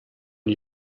die